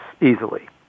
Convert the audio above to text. easily